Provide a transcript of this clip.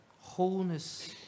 wholeness